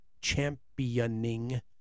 championing